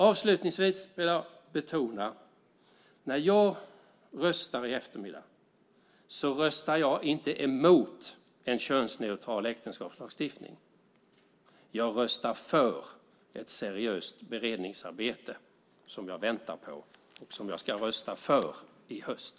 Avslutningsvis vill jag betona att när jag röstar i eftermiddag röstar jag inte emot en könsneutral äktenskapslagstiftning. Jag röstar för ett seriöst beredningsarbete som jag väntar på och som jag ska rösta för i höst.